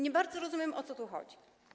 Nie bardzo rozumiem, o co tu chodzi.